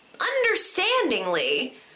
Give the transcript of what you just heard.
understandingly